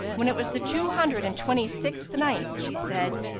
when it was the two hundred and twenty-sixth night, she said,